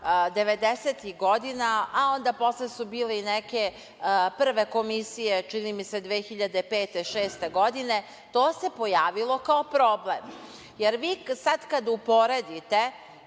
godina, a onda su posle bile neke prve komisije, čini mi se 2005, 2006. godine, to se pojavilo kao problem. Vi sada kada uporedite,